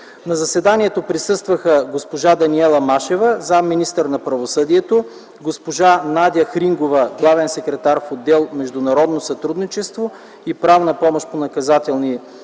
На заседанието присъстваха госпожа Даниела Машева – заместник-министър на правосъдието, госпожа Надя Хрингова – главен експерт в отдел „Международно сътрудничество и правна помощ по наказателни дела”, и